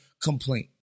complaint